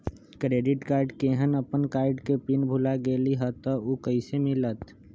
Credit card केहन अपन card के पिन भुला गेलि ह त उ कईसे मिलत?